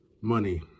money